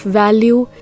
value